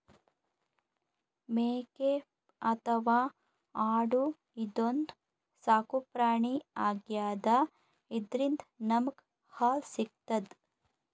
ಮೇಕೆ ಅಥವಾ ಆಡು ಇದೊಂದ್ ಸಾಕುಪ್ರಾಣಿ ಆಗ್ಯಾದ ಇದ್ರಿಂದ್ ನಮ್ಗ್ ಹಾಲ್ ಸಿಗ್ತದ್